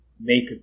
make